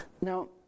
Now